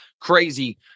crazy